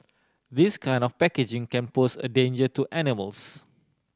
this kind of packaging can pose a danger to animals